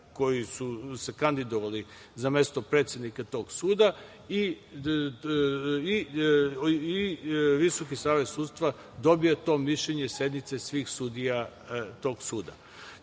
koji su se kandidovali na mesto predsednika tog suda i Visoki savez sudstva dobija to mišljenje sednice svih sudija tog suda.